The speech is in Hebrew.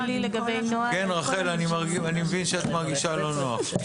כן, רחל, אני מבין שאת מרגישה לא נוח.